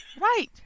Right